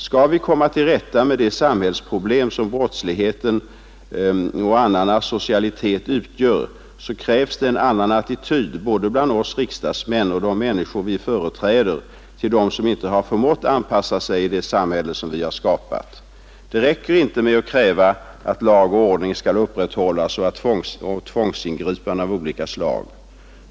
Skall vi komma till rätta med det samhällsproblem som brottslighet och annan asocialitet utgör, så krävs det en annan attityd både bland oss riksdagsmän och de människor vi företräder till dem som inte har förmått anpassa sig i det samhälle som vi har skapat. Det räcker inte med att kräva att lag och ordning skall upprätthållas med tvångsingripanden av olika slag.